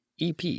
EP